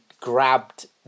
grabbed